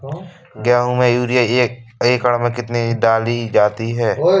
गेहूँ में यूरिया एक एकड़ में कितनी डाली जाती है?